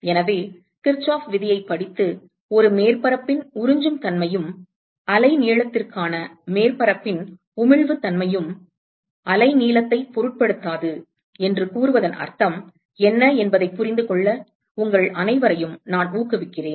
எனவே கிர்ச்சோஃப் விதியைப் படித்து ஒரு மேற்பரப்பின் உறிஞ்சும் தன்மையும் அலைநீளத்திற்கான மேற்பரப்பின் உமிழ்வுத்தன்மையும் அலைநீளத்தைப் பொருட்படுத்தாது என்று கூறுவதன் அர்த்தம் என்ன என்பதைப் புரிந்துகொள்ள உங்கள் அனைவரையும் நான் ஊக்குவிக்கிறேன்